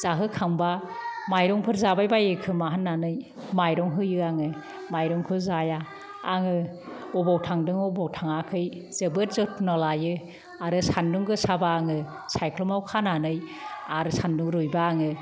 जाहोखांबा माइरंफोर जाबाय बायो खोमा होननानै माइरं होयो आङो माइरंखौ जाया आङो बबाव थांदों अबाव थाङाखै जोबोद जथ्न' लायो आरो सान्दुं गोसाबा आङो सायख्लुमआव खानानै आरो सान्दुं रुइबा आङो